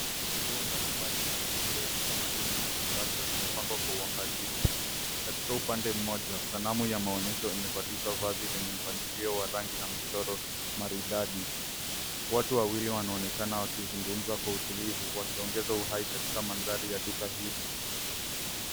Nguo mbalimbali za mitindo ya kitamaduni na kisasa zimepangwa kwa uangalifu. Katika upande mmoja sanamu ya maonyesho imevalishwa vazi lenye mpangilio wa rangi na michoro maridadi. Watu wawili wanaonekana wakizungumza kwa utulivu wakiongeza uhai katika mandhari ya duka hili.